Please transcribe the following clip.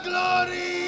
Glory